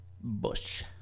Bush